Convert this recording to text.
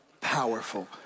powerful